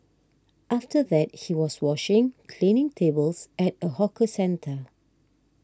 after that he was washing cleaning tables at a hawker centre